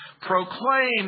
proclaim